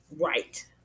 right